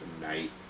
tonight